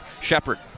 Shepard